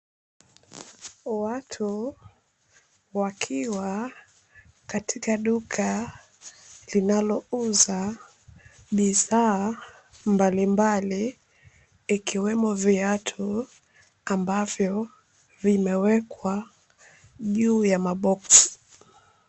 Watu wakiwa katika duka linalouza bidhaa mbalimbali ikiwemo viatu ambavyo vimewekwa juu ya maboksi.